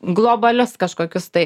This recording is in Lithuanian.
globalias kažkokius tai